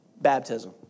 Baptism